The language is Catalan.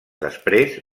després